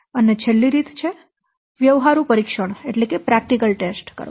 અને છેલ્લી રીત છે વ્યવહારુ પરીક્ષણો કરવા